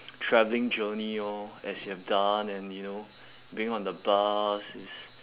travelling journey lor as you have done and you know being on the bus is